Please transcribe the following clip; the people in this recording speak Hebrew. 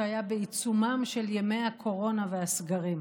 שהיה בעיצומם של ימי הקורונה והסגרים: